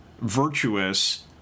virtuous